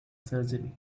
surgery